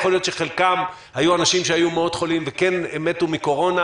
יכול להיות שחלקם היו אנשים שמאוד חולים וכן מתו מקורונה.